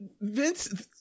Vince